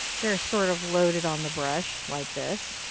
they're sort of loaded on the brush like this.